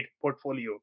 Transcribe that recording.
portfolio